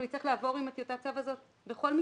נצטרך לעבור עם טיוטת הצו הזאת בכל מקרה.